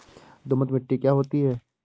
दोमट मिट्टी क्या होती हैं?